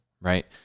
right